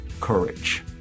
courage